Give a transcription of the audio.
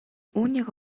үүнийг